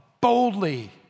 boldly